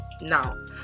now